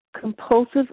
compulsive